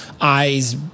eyes